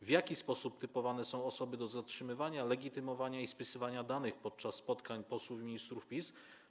W jaki sposób typowane są osoby do zatrzymywania, legitymowania i spisywania danych podczas spotkań z posłami i ministrami PiS?